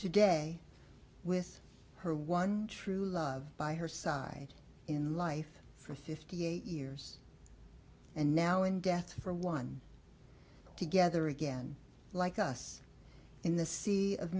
today with her one true love by her side in life for fifty eight years and now in death for one together again like us in the sea of